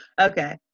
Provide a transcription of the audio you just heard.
okay